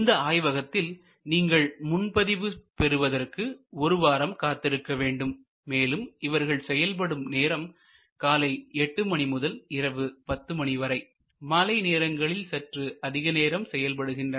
இந்த ஆய்வகத்தில் நீங்கள் முன்பதிவு பெறுவதற்கு ஒரு வாரம் காத்திருக்க வேண்டும் மேலும் இவர்கள் செயல்படும் நேரம் காலை 8 மணி முதல் இரவு 10 மணி வரை மாலை நேரங்களில் சற்று அதிக நேரம் செயல்படுகின்றன